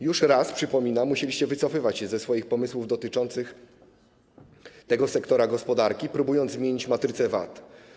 Już raz, przypominam, musieliście wycofywać się ze swoich pomysłów dotyczących tego sektora gospodarki, próbując zmienić matrycę VAT.